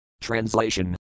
Translation